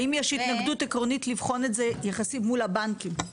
האם יש התנגדות עקרונית לבחון את היחסים מול הבנקים?